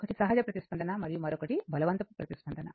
ఒకటి సహజ ప్రతిస్పందన మరియు మరొకటి బలవంతపు ప్రతిస్పందన